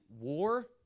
war